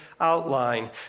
outline